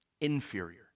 inferior